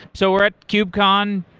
so we're at kubecon,